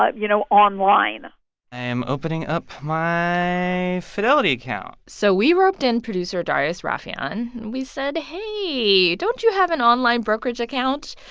you know, online i'm opening up my fidelity account so we roped in producer darius rafieyan. we said, hey. don't you have an online brokerage account?